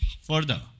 further